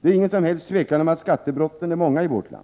Det råder inget som helst tvivel om att skattebrotten är många i vårt land.